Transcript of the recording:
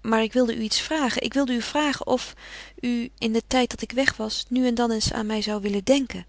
maar ik wilde u iets vragen ik wilde u vragen of u in den tijd dat ik weg was nu en dan eens aan mij zou willen denken